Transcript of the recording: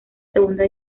segunda